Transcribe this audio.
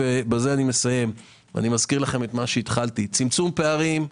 אזכיר מה שהתחלתי צמצום פערים,